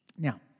Now